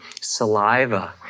saliva